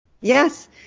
Yes